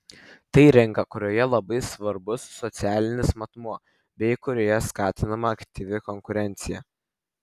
tai rinka kurioje labai svarbus socialinis matmuo bei kurioje skatinama aktyvi konkurencija